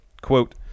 Quote